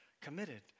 committed